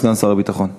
סגן שר הביטחון.